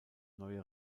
neue